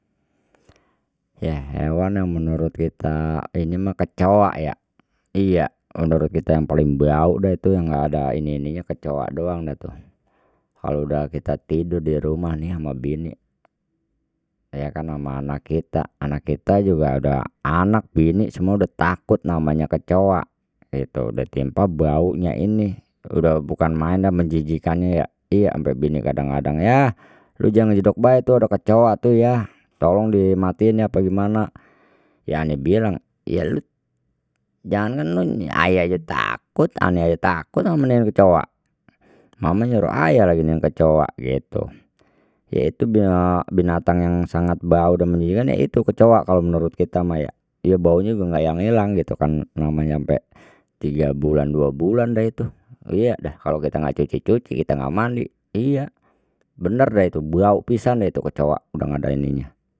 Ya hewan yang menurut kita ini mah kecoak ya iya, menurut kita yang paling bau dah itu yang nggak ada ini ini nya kecoak doang dah tu, kalau kita udah tidur dirumah nih ama bini yakan ama anak kita, anak kita juga udah anak bini semua udah takut namanya kecoak, ditimpa baunya ini udah bukan maen dan menjijikannya ya iya, ampe bini kadang kadang yah lu jangan jedok bae tu ada kecoak tu yah tolong dimatiin apa gimana, ya ane bilang ya lu jangankan lu ayah aja takut kecoak, mama nyuruh ayah lagi iniin kecoak gitu, ya itu bnatang yang sangat bau dan menjijikan ya itu kecoak kalau menurut kita mah ya, ya baunya juga nggak ilang ilang gitu kan namanya ampe tiga bulan dua bulan dah itu iya dah kalau kita nggak cuci cuci kita nggak mandi iya bener deh tu bau pisan deh tu kecoak udah ga ada ininya.